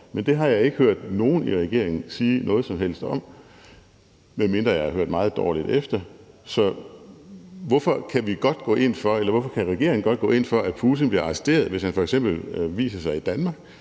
Men det har jeg ikke hørt nogen i regeringen sige noget som helst om, medmindre jeg har hørt meget dårligt efter. Så hvorfor kan regeringen godt gå ind for, at Putin bliver arresteret, hvis han f.eks. viser sig i Danmark,